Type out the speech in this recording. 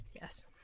Yes